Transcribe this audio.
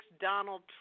Donald